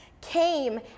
came